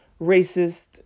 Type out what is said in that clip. racist